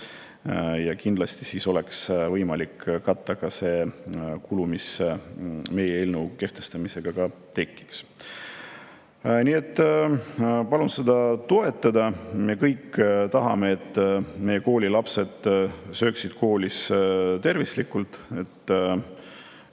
Ja kindlasti oleks siis võimalik katta ka see kulu, mis meie eelnõu seadusena kehtestamisel tekiks. Nii et palun seda toetada. Me kõik tahame, et meie lapsed sööksid koolis tervislikult,